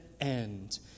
end